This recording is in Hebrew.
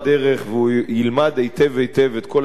והוא ילמד היטב היטב את כל הטיעונים,